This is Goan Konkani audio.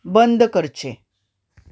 बंद करचें